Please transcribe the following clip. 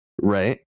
right